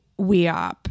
Weop